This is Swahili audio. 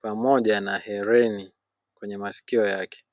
pamoja na hereni kwenye masikio yake.